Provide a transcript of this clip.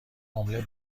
املت